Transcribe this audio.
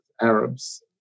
Arabs